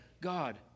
God